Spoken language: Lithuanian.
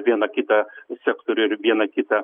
vieną kitą sektorių ir viena kitą